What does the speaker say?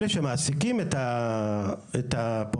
אלה שמעסיקים את הפועלים,